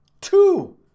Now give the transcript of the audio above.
Two